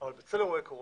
אבל בצל אירועי הקורונה,